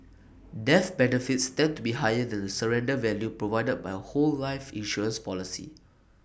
death benefits tend to be higher than the surrender value provided by A whole life insurance policy